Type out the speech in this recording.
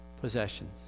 Possessions